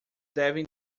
devem